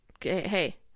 Hey